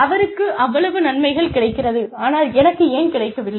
அவருக்கு அவ்வளவு நன்மைகள் கிடைக்கிறது ஆனால் எனக்கு ஏன் கிடைக்கவில்லை